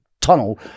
tunnel